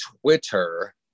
Twitter